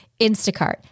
Instacart